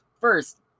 First